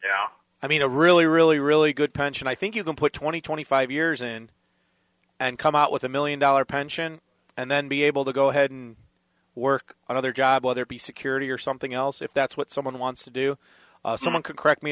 now i mean a really really really good pension i think you can put twenty twenty five years in and come out with a million dollar pension and then be able to go ahead and work another job whether it be security or something else if that's what someone wants to do someone can correct me